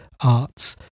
arts